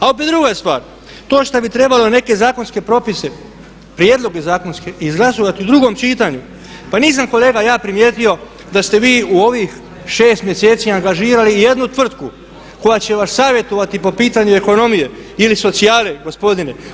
A opet druga stvar, to što bi trebalo neke zakonske propise, prijedloge zakonske izglasovati u drugom čitanju, pa nisam kolega ja primijetio da ste vi u ovih 6 mjeseci angažirali ijednu tvrtku koja će vas savjetovati po pitanju ekonomije ili socijale, gospodine.